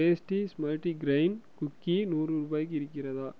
Tasties multigrain cookie நூறு ரூபாய்க்கு இருக்கிறதா